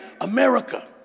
America